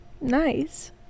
nice